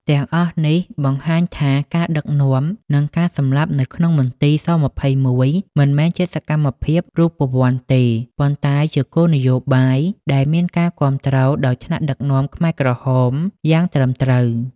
ទាំងអស់នេះបង្ហាញថាការដឹកនាំនិងការសម្លាប់នៅក្នុងមន្ទីរស-២១ មិនមែនជាសកម្មភាពរូបវន្តទេ ប៉ុន្តែជាគោលនយោបាយដែលមានការគាំទ្រដោយថ្នាក់ដឹកនាំខ្មែរក្រហមយ៉ាងត្រឹមត្រូវ។